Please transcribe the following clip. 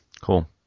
Cool